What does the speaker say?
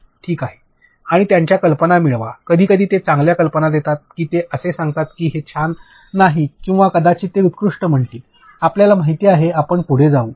ठीक आहे आणि त्यांच्या कल्पना मिळवा कधीकधी ते चांगल्या कल्पना देतात की ते असे सांगतात की ते छान का नाही किंवा कदाचित ते उत्कृष्ट म्हणतील आपल्याला माहिती आहे आपण पुढे जाऊ